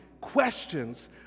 questions